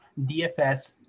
DFS